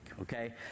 okay